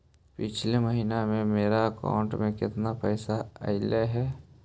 पिछले महिना में मेरा अकाउंट में केतना पैसा अइलेय हे?